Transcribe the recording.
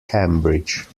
cambridge